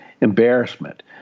embarrassment